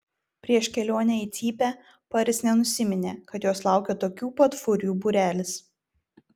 prieš kelionę į cypę paris nenusiminė kad jos laukia tokių pat furijų būrelis